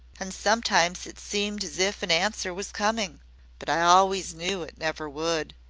and sometimes it seemed as if an answer was coming but i always knew it never would!